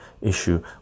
issue